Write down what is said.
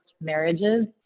marriages